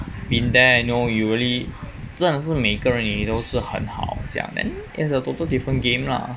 been there you know usually 真的是每个人也都是很好这样 then it's a total different game lah